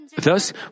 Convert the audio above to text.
Thus